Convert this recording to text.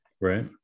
right